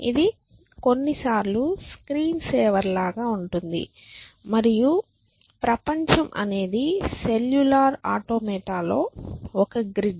ఇది కొన్నిసార్లు screen saver లాగా ఉంటుంది మరియు ప్రపంచం అనేది సెల్యులార్ ఆటోమాటా లో ఒక గ్రిడ్